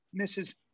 mrs